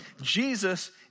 Jesus